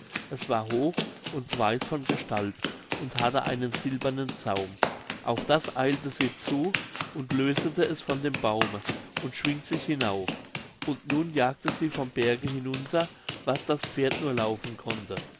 es war hoch und weiß von gestalt und hatte einen silbernen zaum auf das eilet sie zu und löset es von dem baume und schwingt sich hinauf und nun jagte sie vom berge hinunter was das pferd nur laufen konnte